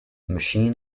machine